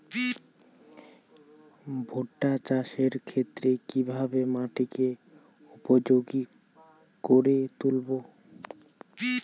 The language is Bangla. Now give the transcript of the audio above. ভুট্টা চাষের ক্ষেত্রে কিভাবে মাটিকে উপযোগী করে তুলবো?